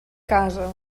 casa